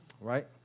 Right